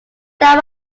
that